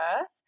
earth